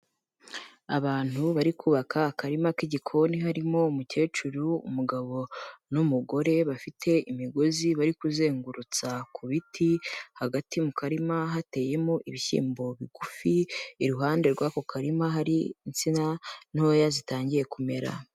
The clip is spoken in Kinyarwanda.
Abantu bari kubaka akarima k'igikoni harimo umukecu, umugabo n'umugore bafite imigozi bari kuzengurutsa ku biti, hagati mu karima hateyemo ibishyimbo bigufi, iruhande rw'ako karima hari insina ntoya zitangiye kumera.